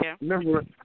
remember